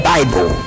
Bible